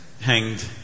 Hanged